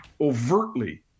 overtly